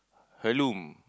heirloom